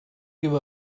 give